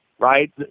Right